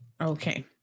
okay